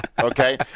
okay